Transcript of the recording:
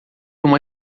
uma